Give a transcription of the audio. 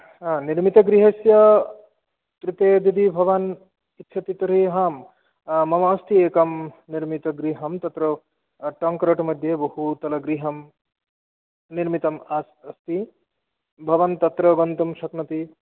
निर्मितगृहस्य कृते यदि भवान् इच्छति तर्हि आं मम अस्ति एकं निर्मितगृहम् तत्र टङ्करोट् मध्ये बहुतलगृहं निर्मितम् अस्ति भवान् तत्र गन्तुं शक्नोति